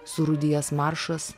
surūdijęs maršas